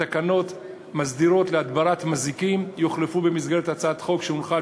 התקנות המסדירות הדברת מזיקים יוחלפו במסגרת הצעת חוק שהונחה על